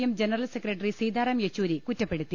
M general secretary Sitaram Yechury കുറ്റപ്പെടുത്തി